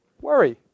worry